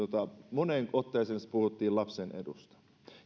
moneen otteeseen siinä puhuttiin lapsen edusta